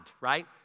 right